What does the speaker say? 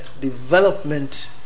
development